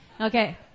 Okay